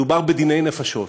מדובר בדיני נפשות,